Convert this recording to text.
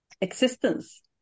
existence